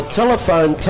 telephone